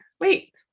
wait